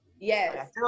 Yes